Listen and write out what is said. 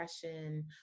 depression